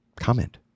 comment